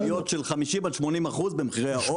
וראינו ששם יש עליות של 50%-80% במחירי העוף,